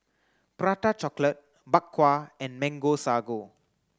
prata chocolate bak kwa and mango sago